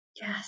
Yes